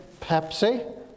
Pepsi